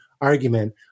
argument